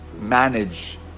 manage